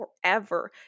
forever